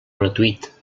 gratuït